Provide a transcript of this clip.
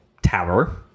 Tower